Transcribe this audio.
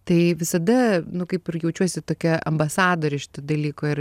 tai visada nu kaip ir jaučiuosi tokia ambasadorė šito dalyko ir